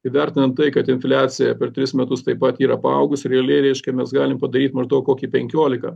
įvertinant tai kad infliacija per tris metus taip pat yra paaugus rialiai reiškia mes galim padaryt maždaug kokį penkiolika